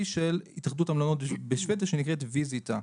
של התאחדות המלונות בשוודיה שנקראת ויזיטה.